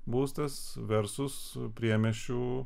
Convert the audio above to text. būstas versus priemiesčių